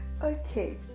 okay